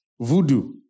Voodoo